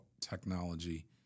technology